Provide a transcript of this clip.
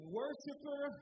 worshiper